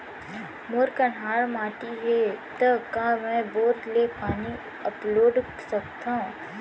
मोर कन्हार माटी हे, त का मैं बोर ले पानी अपलोड सकथव?